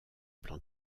plan